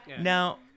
Now